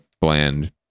bland